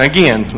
Again